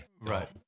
Right